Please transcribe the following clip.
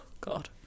god